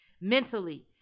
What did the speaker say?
Mentally